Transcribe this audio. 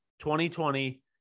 2020